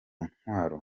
ntwaro